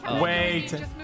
Wait